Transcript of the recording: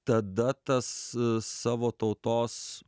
tada tas savo tautos